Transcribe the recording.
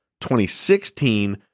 2016